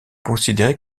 considéré